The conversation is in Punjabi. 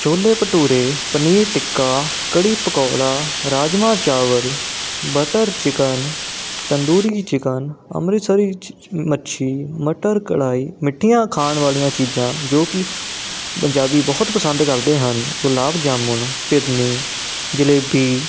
ਛੋਲੇ bhature paneer tikka kadhi pakora rajma chawal butter chicken tandoori chicken Amritsari ਚਿ ਮੱਛੀ ਮਟਰ ਕੜਾਹੀ ਮਿੱਠੀਆਂ ਖਾਣ ਵਾਲੀਆਂ ਚੀਜ਼ਾਂ ਜੋ ਕਿ ਪੰਜਾਬੀ ਬਹੁਤ ਪਸੰਦ ਕਰਦੇ ਹਨ ਗੁਲਾਬ ਜਾਮੁਨ ਫਿਰਨੀ ਜਲੇਬੀ